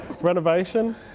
Renovation